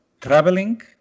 traveling